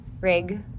rig